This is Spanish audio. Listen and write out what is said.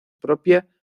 propia